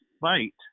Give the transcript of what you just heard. fight